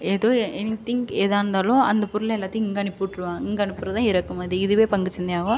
ஏதோ anything எதாக இருந்தாலும் அந்த பொருளை எல்லாத்தையும் இங்கே அனுப்பிவிட்ருவாங்க இங்கே அனுப்புறது தான் இறக்குமதி இதுவே பங்குச்சந்தையாகும்